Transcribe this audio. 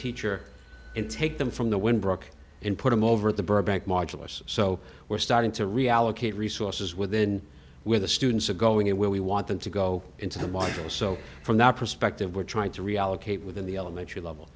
teacher and take them from the wind brooke and put him over the burbank modulus so we're starting to reallocate resources within where the students are going and where we want them to go into the model so from that perspective we're trying to reallocate within the elementary level